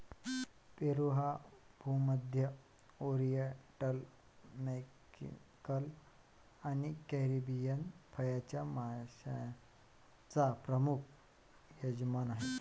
पेरू हा भूमध्य, oriental, Mexican आणि कॅरिबियन फळांच्या माश्यांचा प्रमुख यजमान आहे